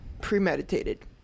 Premeditated